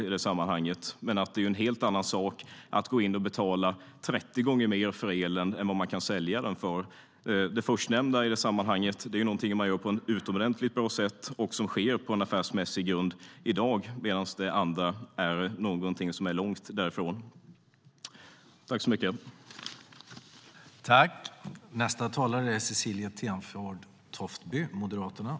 Men det är en helt annan sak att gå in och betala 30 gånger mer för elen än vad man kan sälja den för. Det förstnämnda görs på ett utomordentligt bra sätt och sker på affärsmässig grund i dag, medan det senare är någonting som ligger långt därifrån.